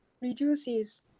reduces